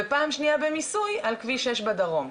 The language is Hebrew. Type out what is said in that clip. ופעם שנייה במיסוי על כביש 6 בדרום.